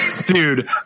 dude